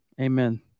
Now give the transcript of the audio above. Amen